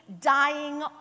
dying